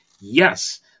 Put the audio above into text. yes